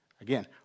again